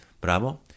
Bravo